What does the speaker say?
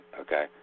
okay